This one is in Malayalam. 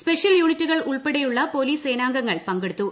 സ്പെഷ്യൽ യൂണിറ്റുകൾ ഉൾപ്പെടെയുള്ള പോലീസ് സേനാംഗങ്ങൾ പങ്കെടുത്തു